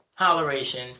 holleration